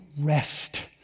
rest